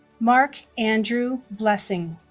mark andrew blessing